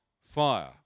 fire